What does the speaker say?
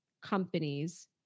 companies